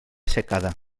secada